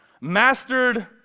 mastered